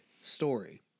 story